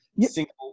single